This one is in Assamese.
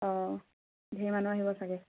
অঁ ধেৰ মানুহ আহিব চাগে